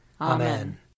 Amen